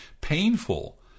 painful